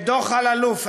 את דוח אלאלוף,